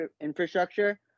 infrastructure